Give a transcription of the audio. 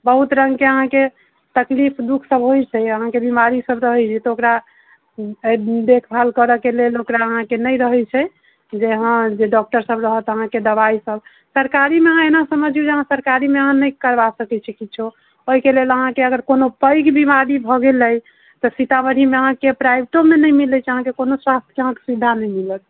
बहुत रङ्ग के अहाँक तकलीफ दुख सभ होइत ये अहाँके बीमारी सभ रहै छै ओकरा देखभाल करऽ के लेल ओकरा अहाँके नहि रहै छै जे हऽ जे डॉक्टर सभ रहत अहाँके दबाइ सभ सरकारीमे अहाँ एना समझियौ जे सरकारीमे अहाँ नहि करबा सकै छियै किछो ओहि के लिए अहाँके अगर कोनो पैघ बीमारी भऽ गेलै तऽ सीतामढ़ी मे अहाँके प्राइवेटोमे नहि मिलै छै अहाँके कोनो स्वास्थके अहाँके सुबिधा नहि मिलत